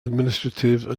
administrative